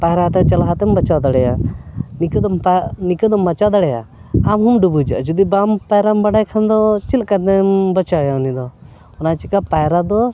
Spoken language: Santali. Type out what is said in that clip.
ᱯᱟᱭᱨᱟᱛᱮ ᱪᱟᱞᱟᱣ ᱦᱟᱛᱮᱢ ᱵᱟᱪᱷᱟᱣ ᱫᱟᱲᱮᱭᱟᱜᱼᱟ ᱱᱤᱠᱟᱫ ᱱᱤᱠᱟᱫ ᱵᱟᱪᱟᱣ ᱫᱟᱲᱮᱭᱟᱜᱼᱟ ᱟᱢᱦᱚᱢ ᱰᱩᱵᱩᱡᱟᱜᱼᱟ ᱡᱩᱫᱤ ᱵᱟᱢ ᱯᱟᱭᱨᱟᱢ ᱵᱟᱰᱟᱭ ᱠᱷᱟᱱ ᱫᱚ ᱪᱮᱫ ᱞᱮᱠᱟ ᱛᱮᱢ ᱵᱟᱪᱟᱭᱟ ᱩᱱᱤ ᱫᱚ ᱚᱱᱟ ᱪᱤᱠᱟ ᱯᱟᱭᱨᱟ ᱫᱚ